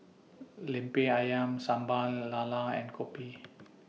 Lemper Ayam Sambal Lala and Kopi